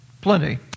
Plenty